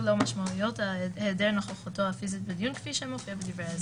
לו משמעויות העדר נוכחותו הפיזית בדיון כפי שמופיע בדברי ההסבר".